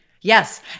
Yes